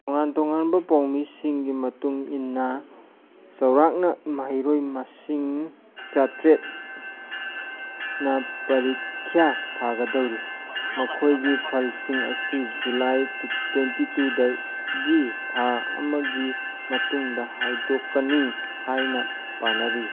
ꯇꯣꯉꯥꯟ ꯇꯣꯉꯥꯟꯕ ꯄꯥꯎꯃꯤꯁꯤꯡꯒꯤ ꯃꯇꯨꯡꯏꯟꯅ ꯆꯧꯔꯥꯛꯅ ꯃꯍꯩꯔꯣꯏ ꯃꯁꯤꯡ ꯆꯥꯇꯔꯦꯠꯅ ꯄꯔꯤꯈ꯭ꯌꯥ ꯊꯥꯒꯗꯧꯔꯤ ꯃꯈꯣꯏꯒꯤ ꯐꯜꯁꯤꯡ ꯑꯁꯤ ꯖꯨꯂꯥꯏ ꯇ꯭ꯋꯦꯟꯇꯤ ꯇꯨ ꯗꯒꯤ ꯊꯥ ꯑꯃꯒꯤ ꯃꯇꯨꯡꯗ ꯍꯥꯏꯗꯣꯛꯀꯅꯤ ꯍꯥꯏꯅ ꯄꯥꯅꯔꯤ